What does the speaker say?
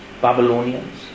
Babylonians